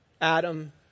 Adam